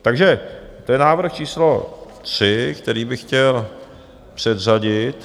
Takže to je návrh číslo 3, který bych chtěl předřadit.